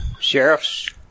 sheriffs